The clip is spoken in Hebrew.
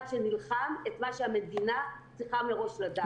שנלחם את מה שהמדינה צריכה מראש לדעת.